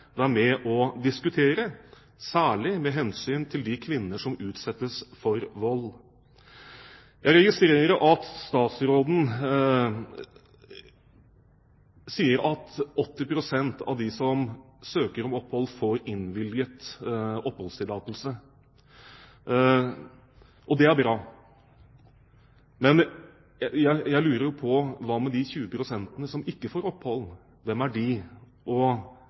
med på å diskutere, særlig med hensyn til de kvinner som utsettes for vold. Jeg registrerer at statsråden sier at 80 pst. av dem som søker om opphold, får innvilget oppholdstillatelse. Det er bra. Men jeg lurer jo på: Hva med de 20 pst. som ikke får opphold? Hvem er de, og